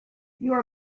your